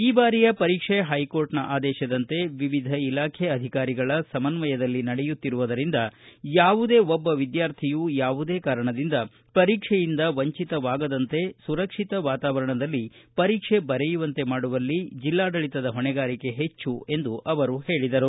ಈ ಬಾರಿಯ ವರೀಕ್ಷೆ ಹೈಕೋರ್ಟನ ಆದೇಶದಂತೆ ವಿವಿಧ ಇಲಾಖೆ ಅಧಿಕಾರಿಗಳ ಸಮನ್ವಯದಲ್ಲಿ ನಡೆಯುತ್ತಿರುವುದರಿಂದ ಯಾವುದೇ ಒಬ್ಬ ವಿದ್ಯಾರ್ಥಿಯೂ ಯಾವುದೇ ಕಾರಣದಿಂದ ಪರೀಕ್ಷೆಯಿಂದ ವಂಚಿತವಾಗದಂತೆ ಹಾಗೂ ಸುರಕ್ಷಿತ ವಾತಾವರಣದಲ್ಲಿ ಪರೀಕ್ಷೆ ಬರೆಯುವಂತೆ ಮಾಡುವಲ್ಲಿ ಜಿಲ್ಲಾಡಳಿತದ ಹೊಣೆಗಾರಿಕೆ ಹೆಚ್ಚು ಎಂದು ಅವರು ಹೇಳಿದರು